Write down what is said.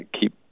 keep